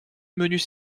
menus